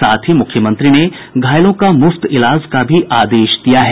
साथ ही मुख्यमंत्री ने घायलों का मुफ्त इलाज का भी आदेश दिया है